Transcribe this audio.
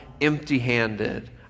empty-handed